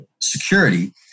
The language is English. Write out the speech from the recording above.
security